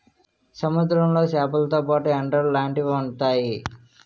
సముద్రంలో సేపలతో పాటు ఎండ్రలు లాంటివి ఉంతాయి